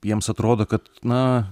jiems atrodo kad na